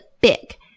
big